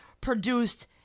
produced